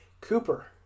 Cooper